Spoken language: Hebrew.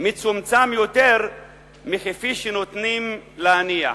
מצומצם יותר מכפי שנוטים להניח.